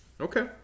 Okay